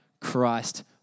Christ